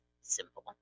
simple